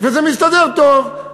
וזה מסתדר טוב,